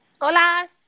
Hola